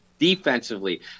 defensively